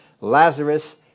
Lazarus